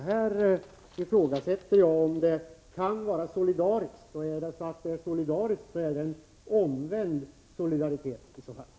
Jag ifrågasätter om detta kan vara solidariskt, och om det är solidariskt, så är det en omvänd solidaritet som tillämpas.